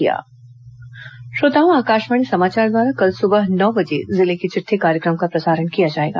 जिले की चिटठी श्रोताओं आकाशवाणी समाचार द्वारा कल सुबह नौ बजे जिले की चिट्ठी कार्यक्रम का प्रसारण किया जाएगा